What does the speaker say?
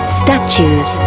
statues